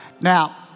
Now